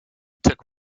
took